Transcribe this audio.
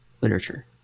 literature